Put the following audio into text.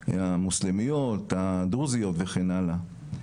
המוסלמיות, הדרוזיות וכן הלאה.